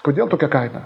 kodėl tokia kaina